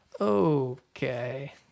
okay